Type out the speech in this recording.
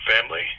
family